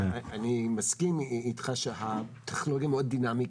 אני מסכים איתך שהטכנולוגיה מאוד דינמית.